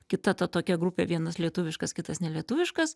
kita ta tokia grupė vienas lietuviškas kitas nelietuviškas